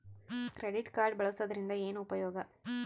Credit card ಬಳಸುವದರಿಂದ ಏನು ಉಪಯೋಗ?